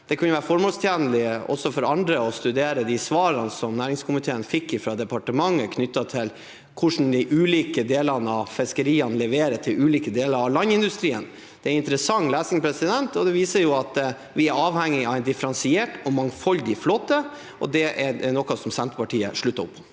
det kunne vært formålstjenlig også for andre å studere de svarene næringskomiteen fikk fra departementet knyttet til hvordan de ulike delene av fiskeriene leverer til ulike deler av landindustrien. Det er interessant lesning. Det viser at vi er avhengig av en differensiert og mangfoldig flåte, og det er noe Senterpartiet slutter opp om.